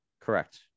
Correct